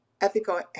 ethical